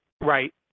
right